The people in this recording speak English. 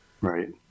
Right